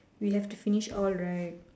we have to finish all right